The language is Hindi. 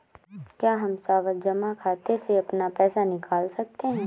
क्या हम सावधि जमा खाते से अपना पैसा निकाल सकते हैं?